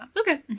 Okay